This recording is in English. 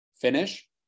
finish